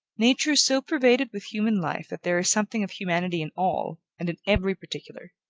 nature is so pervaded with human life, that there is something of humanity in all, and in every particular.